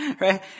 Right